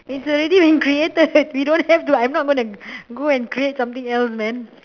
is already been created we don't have to I'm not going to go and create something else man